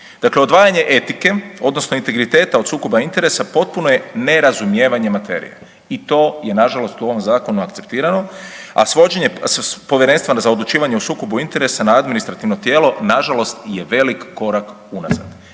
Dakle odvajanje etike, odnosno integriteta od sukoba interesa potpuno je nerazumijevanje materije. I to je nažalost u ovom zakonu akceptirano a svođenje Povjerenstva za odlučivanje o sukobu interesa na administrativno tijelo, nažalost je veliki korak unazad.